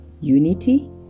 unity